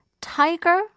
tiger